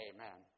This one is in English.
Amen